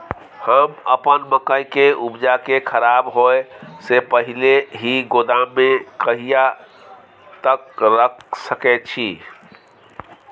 हम अपन मकई के उपजा के खराब होय से पहिले ही गोदाम में कहिया तक रख सके छी?